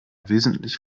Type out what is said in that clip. wesentlich